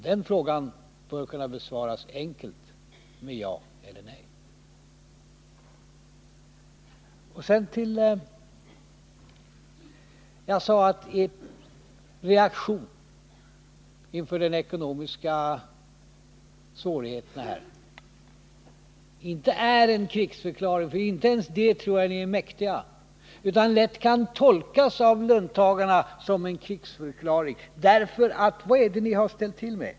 Den frågan bör kunna besvaras enkelt, med ja eller nej. Jag sade om reaktionen inför de ekonomiska svårigheterna inte att det är fråga om en krigsförklaring — för inte ens det tror jag att ni är mäktiga — utan något som lätt kan tolkas av löntagarna som en sådan. Vad är det nämligen ni ställt till med?